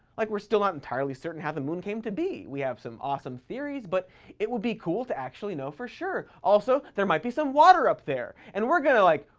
like we're still not entirely certain how the moon came to be. we have some awesome theories, but it would be cool to actually know for sure. also, there might be some water up there. and we're gonna, like,